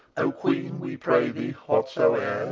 o queen, we pray thee, whatsoe'er,